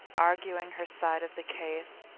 arguing her side of the case,